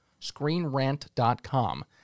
ScreenRant.com